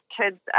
kids